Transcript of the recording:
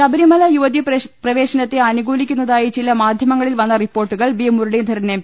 ശബരിമല യുവതീപ്രവേ ശനത്തെ അനുകൂലിക്കുന്നതായി ചില മാധ്യമങ്ങളിൽ വന്ന റിപ്പോർട്ടുകൾ വി മുരളീധരൻ എം